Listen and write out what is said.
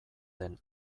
den